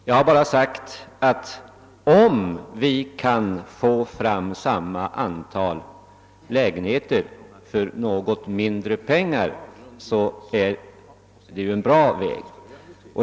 Jag har bara sagt, att om vi kunde få fram samma antal lägenheter för något mindre pengar är det bra.